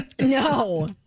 No